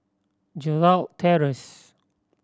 Gerald Terrace